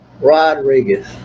Rodriguez